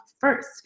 first